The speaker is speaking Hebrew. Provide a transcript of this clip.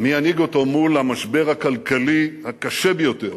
מי ינהיג אותו מול המשבר הכלכלי הקשה ביותר